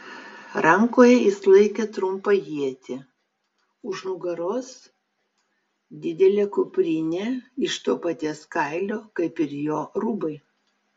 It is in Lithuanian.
rankoje jis laikė trumpą ietį už nugaros didelė kuprinė iš to paties kailio kaip ir jo rūbai